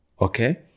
okay